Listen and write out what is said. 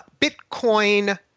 Bitcoin